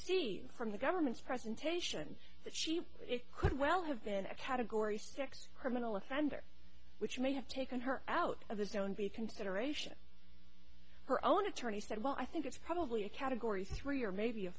see from the government's presentation that she it could well have been a category six her mental offender which may have taken her out of the zone be a consideration her own attorney said well i think it's probably a category three or maybe a